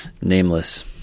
Nameless